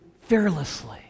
fearlessly